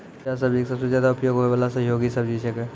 प्याज सब्जी के सबसॅ ज्यादा उपयोग होय वाला सहयोगी सब्जी छेकै